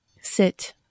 sit